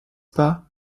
pas